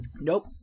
Nope